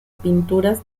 pinturas